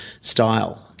style